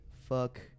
Fuck